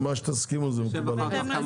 מה שתסכימו עליו, מקובל עליי.